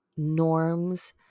norms